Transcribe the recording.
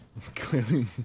Clearly